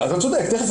אתה צודק.